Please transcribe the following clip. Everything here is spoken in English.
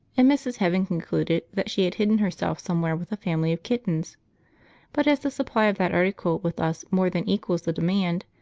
and mrs. heaven concluded that she had hidden herself somewhere with a family of kittens but as the supply of that article with us more than equals the demand,